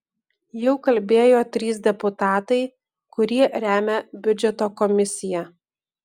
jau kalbėjo trys deputatai kurie remia biudžeto komisiją